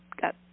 got